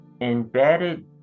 Embedded